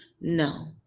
no